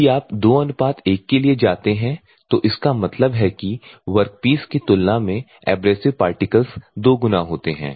यदि आप 2 1 के लिए जाते हैं तो इसका मतलब है कि वर्कपीस की तुलना में एब्रेसिव पार्टिकल्स दोगुना होते हैं